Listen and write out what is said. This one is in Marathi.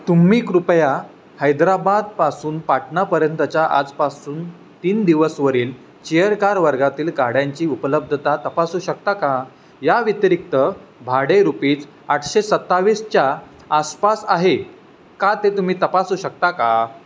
तुम्ही कृपया हैदराबादपासून पाटणापर्यंतच्या आजपासून तीन दिवसवरील चेअरकार वर्गातील गाड्यांची उपलब्धता तपासू शकता का या व्यतिरिक्त भाडे रुपीज आठशे सत्तावीसच्या आसपास आहे का ते तुम्ही तपासू शकता का